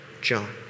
John